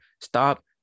stop